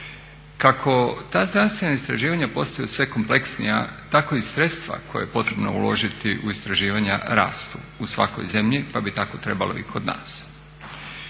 Kako ta znanstvena istraživanja postaju sve kompleksnija tako i sredstva koja je potrebno uložiti u istraživanja rastu u svakoj zemlji, pa bi tako trebali i kod nas.